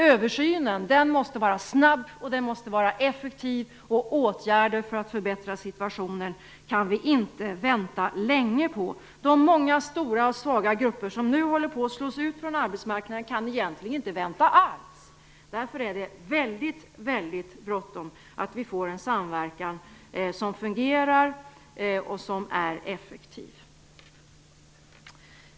Översynen måste ske snabbt och effektivt. Vi kan inte vänta länge på åtgärder för att förbättra situationen. De många stora och svaga grupper som nu börjar att slås ut på arbetsmarknaden kan egentligen inte vänta alls. Därför är det väldigt, väldigt bråttom att få till stånd en samverkan som fungerar och är effektiv.